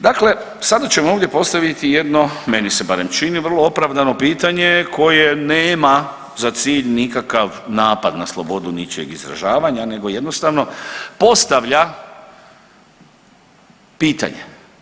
Dakle, sada ćemo ovdje postaviti jedno, meni se barem čini, vrlo opravdano pitanje koje nema za cilj nikakav napad na slobodu ničijeg izražavanja, nego jednostavno postavlja pitanje.